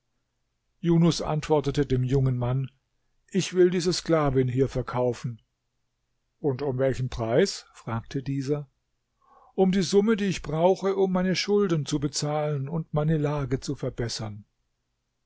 junus antwortete dem jungen mann ich will diese sklavin hier verkaufen und um welchen preis fragte dieser um die summe die ich brauche um meine schulden zu bezahlen und meine lage zu verbessern